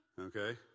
okay